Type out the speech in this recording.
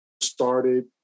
started